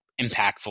impactful